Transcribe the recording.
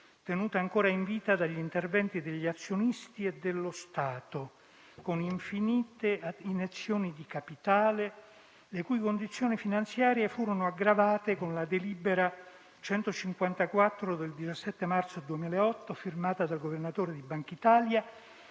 tenuta ancora in vita dagli interventi degli azionisti e dello Stato, con infinite iniezioni di capitale, le cui condizioni finanziarie furono aggravate con la delibera n. 154 del 17 marzo 2008, firmata dal Governatore di Bankitalia,